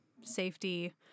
safety